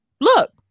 Look